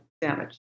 damage